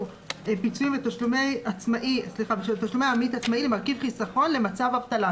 פיצויים בשל תשלומי עמית עצמאי למרכיב חיסכון למצב אבטלה.